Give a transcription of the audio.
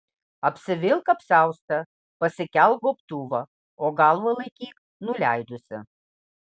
apsivilk apsiaustą pasikelk gobtuvą o galvą laikyk nuleidusi